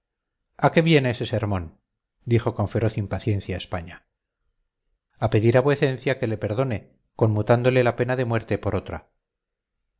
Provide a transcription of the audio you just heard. a qué viene ese sermón dijo con feroz impaciencia españa a pedir a vuecencia que le perdone conmutándole la pena de muerte por otra